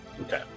okay